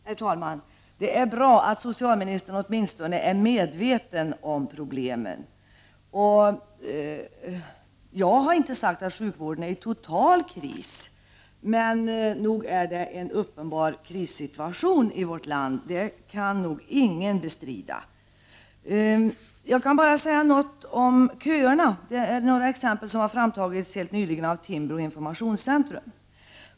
Herr talman! Det är bra att socialministern åtminstone är medveten om problemen. Jag har inte sagt att sjukvården är i total kris, men nog är det en uppenbar krissituation i vårt land. Det kan nog ingen bestrida. Jag kan bara säga något om köerna. Det är några exempel som helt nyligen har tagits fram av Timbro informationscentrum.